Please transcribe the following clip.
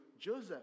Joseph